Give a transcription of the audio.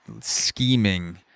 scheming